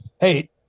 hey